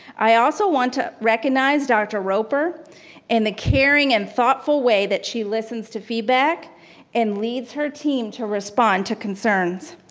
i also want to recognize dr. roper and the caring and thoughtful way that she listens to feedback and leads her team to respond to concerns.